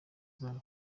zabo